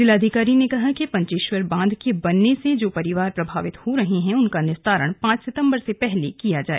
जिलाधिकारी ने कहा कि पंचेश्वर बांध के बनने से जो परिवार प्रभावित हो रहे हैं उनका निस्तारण पांच सितंबर से पहले किया जाए